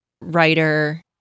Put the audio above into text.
writer